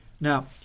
Now